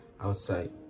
outside